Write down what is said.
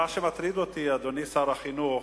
מה שמטריד אותי, אדוני שר החינוך,